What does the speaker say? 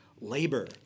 labor